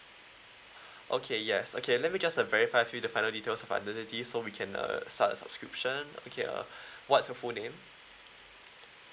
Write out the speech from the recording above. okay yes okay let me just verify few the final details about identity so we can uh start subscription okay uh what's your full name